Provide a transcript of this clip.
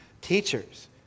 teachers